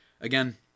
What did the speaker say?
again